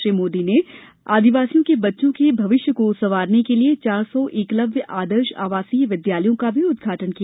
श्री मोदी ने आदिवासियों के बच्चों के भविष्य को संवारने के लिए चार सौ एकलव्य आदर्श आवासीय विद्यालयों का भी उद्घाटन भी किया